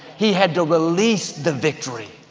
he had to release the victory.